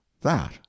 that